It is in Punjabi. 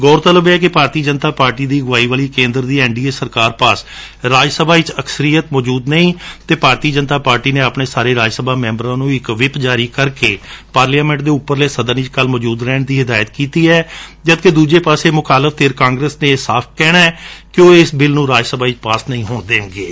ਗੌਰ ਤਲਬ ਏ ਕਿ ਭਾਰਤੀ ਜਨਤਾ ਪਾਰਟੀ ਦੀ ਅਗਵਾਈ ਵਾਲੀ ਕੇਂਦਰ ਦੀ ਐਨ ਡੀ ਏ ਸਰਕਾਰ ਪਾਸ ਰਾਜ ਸਭਾ ਵਿਚ ਅਕਸਰਿਅਤ ਮੌਜੁਦ ਨਹੀਂ ਅਤੇ ਭਾਰਤੀ ਜਨਤਾ ਪਾਰਟੀ ਨੇ ਆਪਣੇ ਸਾਰੇ ਰਾਜ ਸਭਾ ਮੈਬਰਾਂ ਨੂੰ ਇਕ ਵਿੰਗ ਜਾਰੀ ਕਰਕੇ ਪਾਰਲੀਮੈਟ ਦੇ ਉਪਰਾਲੇ ਸਦਨ ਵਿਚ ਕੱਲੂ ਮੌਜੁਦ ਰਹਿਣ ਦੀ ਹਿਦਾਇਤ ਕੀਤੀ ਏ ਜਦਕਿ ਦੂਜੇ ਪਾਸੇ ਮੁਖਾਲਫ ਧਿਰ ਕਾਂਗਰਸ ਦਾ ਇਹ ਸਾਫ ਕਹਿਣਾ ਏ ਕਿ ਉਹ ਇਸ ਬਿੱਲ ਨੁੰ ਰਾਜ ਸਭਾ ਵਿਚ ਪਾਸ ਨਹੀਂ ਹੋਣ ਦੇਣਗੇ